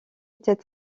tête